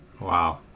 Wow